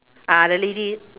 uh the lady